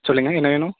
சொல்லுங்க என்ன வேணும்